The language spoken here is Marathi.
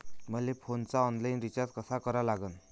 मले फोनचा ऑनलाईन रिचार्ज कसा करा लागन?